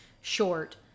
Short